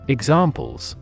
Examples